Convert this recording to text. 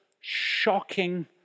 shocking